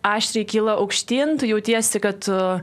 aštriai kyla aukštyn tu jautiesi kad